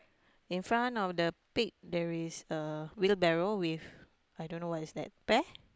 in front of the pig there is a wheelbarrow with I don't know what is that pear